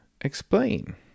explain